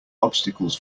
obstacles